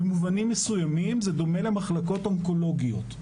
במובנים מסוימים, זה דומה למחלקות אונקולוגיות.